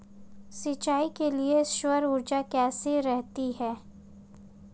सिंचाई के लिए सौर ऊर्जा कैसी रहती है?